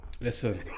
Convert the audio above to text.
listen